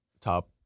top